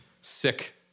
sick